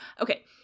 okay